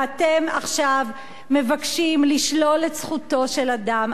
ואתם עכשיו מבקשים לשלול את זכותו של אדם.